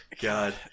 God